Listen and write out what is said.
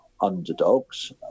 underdogs